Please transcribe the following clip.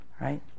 right